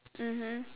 mmhmm